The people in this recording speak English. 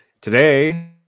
Today